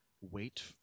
wait